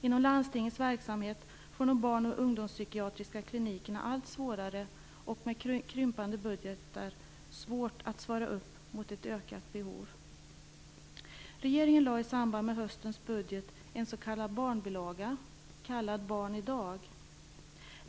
Inom landstingets verksamhet får de barnoch ungdomspsykiatriska klinikerna allt svårare att med krympande budgetar svara mot ett ökat behov. Regeringen lade i samband med höstens budget fram en s.k. barnbilaga kallad Barn i dag.